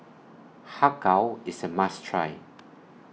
Har Kow IS A must Try